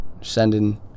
Sending